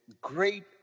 great